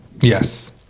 Yes